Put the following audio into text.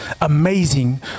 amazing